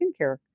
Skincare